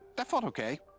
that felt okay.